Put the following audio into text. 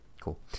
cool